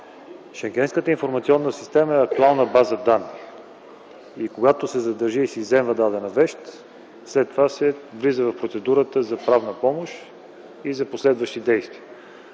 Шенгенската информационна система е актуална база данни. Когато се задържи и се изземва дадена вещ, след това се влиза в процедурата за правна помощ и за последващи действия.